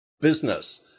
Business